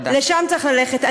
לשם צריך ללכת.